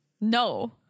no